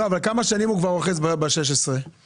לא, אבל כמה שנים הוא כבר אוחז ב-16 מיליון?